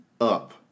up